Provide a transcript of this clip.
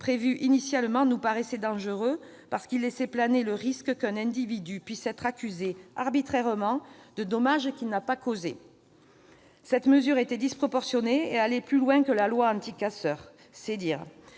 prévu initialement nous paraissait dangereux, parce qu'il laissait planer le risque qu'un individu puisse être accusé arbitrairement de dommages qu'il n'a pas causés. Cette mesure était disproportionnée et allait plus loin que la loi anti-casseurs-